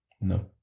No